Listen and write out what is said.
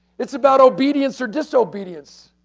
it's about obedience or disobedience.